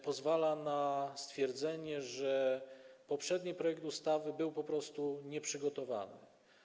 Pozwala to na stwierdzenie, że poprzedni projekt ustawy był po prostu nieprzygotowany.